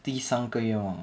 第三个愿望